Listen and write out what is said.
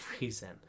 reason